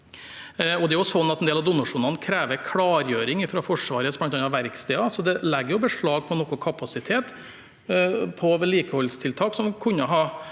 En del av donasjonene krever klargjøring bl.a. fra Forsvarets verksteder, så det legger jo beslag på noe kapasitet på vedlikeholdstiltak som kunne ha